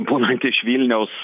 būnant iš vilniaus